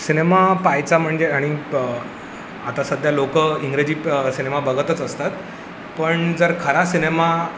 cinema पाहायचा म्हणजे आणि प आता सध्या लोक इंग्रजी प सिनेमा बघतच असतात पण जर खरा सिनेमा